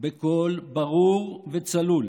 בקול ברור וצלול: